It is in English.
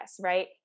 right